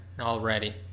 already